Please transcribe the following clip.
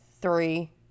three